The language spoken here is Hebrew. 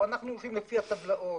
ושאנחנו הולכים לפי הטבלאות.